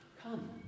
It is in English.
Come